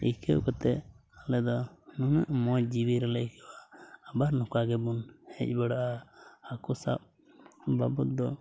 ᱟᱹᱭᱠᱟᱹᱣ ᱠᱟᱛᱮᱫ ᱟᱨ ᱟᱞᱮ ᱫᱚ ᱱᱩᱱᱟᱹᱜ ᱢᱚᱡᱽ ᱡᱤᱣᱤ ᱨᱮᱞᱮ ᱟᱹᱭᱠᱟᱹᱣᱟ ᱟᱵᱟᱨ ᱱᱚᱝᱠᱟ ᱜᱮᱵᱚᱱ ᱦᱮᱡ ᱵᱟᱲᱟᱜᱼᱟ ᱦᱟᱹᱠᱩ ᱥᱟᱵ ᱵᱟᱵᱚᱫ ᱫᱚ